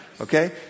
Okay